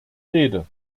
rede